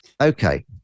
okay